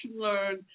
learn